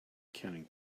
counting